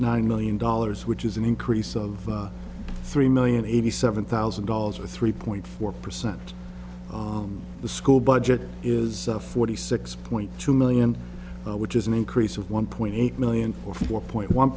nine million dollars which is an increase of three million eighty seven thousand dollars or three point four percent the school budget is forty six point two million which is an increase of one point eight million for four point one